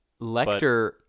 Lecter